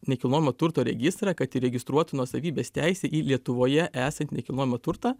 nekilnojamo turto registrą kad įregistruotų nuosavybės teisę į lietuvoje esantį nekilnojamą turtą